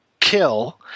Kill